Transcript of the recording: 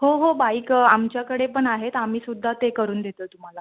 हो हो बाइक आमच्याकडे पण आहेत आम्ही सुद्धा ते करून देतो तुम्हाला